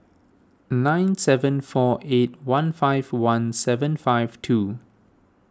nine seven four eight one five one seven five two